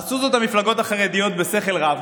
עשו זאת המפלגות החרדיות בשכל רב,